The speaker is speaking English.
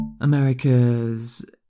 America's